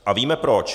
A víme proč.